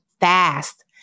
fast